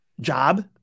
job